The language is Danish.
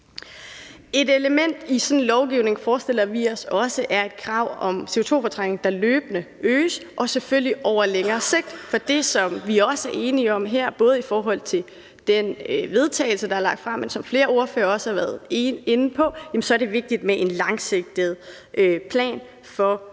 Et element i sådan en lovgivning forestiller vi os er et krav om CO2-fortrængning, der løbende øges – selvfølgelig over længere tid – for det, som vi også er enige om her både i forhold til det forslag til vedtagelse, der er lagt frem, og det, som flere ordførere også har været inde på, er, at det er vigtigt med en langsigtet plan for nye